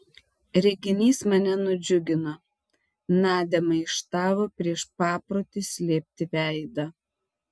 reginys mane nudžiugino nadia maištavo prieš paprotį slėpti veidą